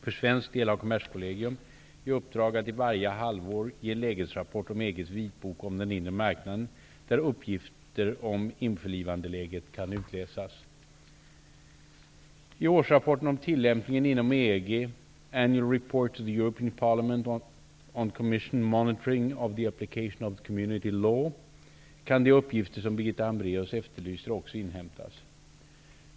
För svensk del har Kommerskollegium i uppdrag att varje halvår ge en lägesrapport om ''EG:s Vitbok om den inre marknaden'', där uppgifter om införlivandeläget kan utläsas. Community Law'' -- kan de uppgifter som Birgitta Hambraeus efterlyser också inhämtas.